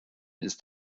ist